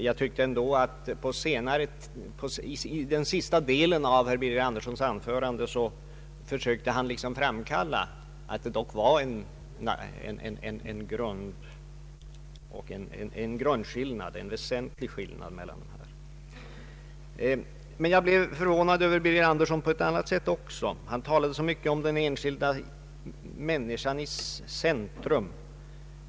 Jag tyckte ändå att herr Birger Andersson i den sista delen av sitt anförande försökte göra gällande att det dock fanns en väsentlig skillnad mellan uppfattningarna. Jag blev förvånad över herr Birger Anderssons inställning även på en annan punkt. Han talade så mycket om den enskilda människan i centrum.